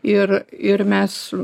ir ir mes